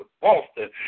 Boston